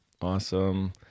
awesome